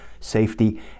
safety